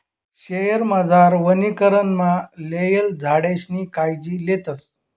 शयेरमझार वनीकरणमा लायेल झाडेसनी कायजी लेतस